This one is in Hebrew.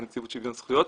בנציבות שוויון זכויות,